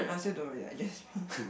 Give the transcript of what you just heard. I still don't really like Jasmine